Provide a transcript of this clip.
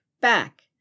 back